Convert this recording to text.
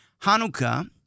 Hanukkah